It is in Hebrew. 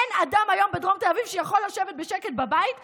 אין אדם היום בדרום תל אביב שיכול לשבת בשקט בבית ולהגיד: